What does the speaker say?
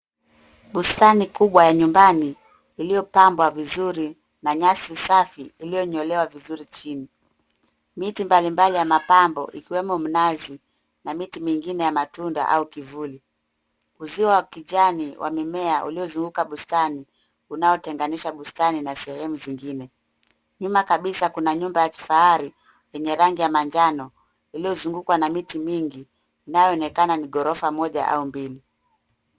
Bustani kubwa ya nyumbani, iliyopambwa vizuri na nyasi safi iliyonyolewa vizuri chini. Miti mbalimbali ya mapambo ikiwemo mnazi, na miti mingine ya matunda au kivuli. Uzio wa kijani wa mimea uliozunguka bustani, unaotenganisha bustani na sehemu zingine. Nyuma kabisa kuna nyumba ya kifahari yenye rangi ya majano, iliyozungukwa na miti mingi, inayoonekana ni gorofa moja au mbili.